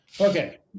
Okay